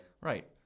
Right